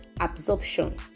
absorption